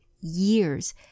years